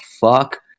fuck